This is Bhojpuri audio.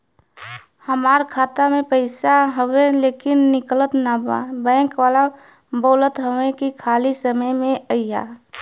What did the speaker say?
हमार खाता में पैसा हवुवे लेकिन निकलत ना बा बैंक वाला बोलत हऊवे की खाली समय में अईहा